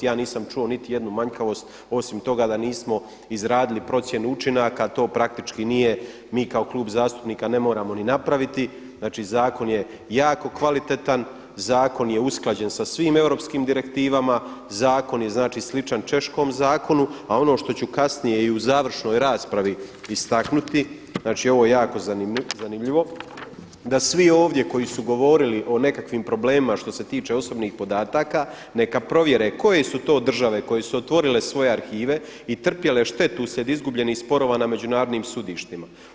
Ja nisam čuo niti jednu manjkavost osim toga da nismo izradili procjenu učinaka, to praktički nije, mi kao Klub zastupnika ne moramo ni napraviti, znači zakon je jako kvalitetan, zakon je usklađen sa svim europskim direktivama, zakon je znači sličan češkom zakonu a ono što ću kasnije i u završnoj raspravi istaknuti, znači ovo je jako zanimljivo da svi ovdje koji su govorili o nekakvim problemima što se tiče osobnih podataka neka provjere koje su to države koje su otvorile svoje arhive i trpjele štetu uslijed izgubljenih sporova na međunarodnim sudištima.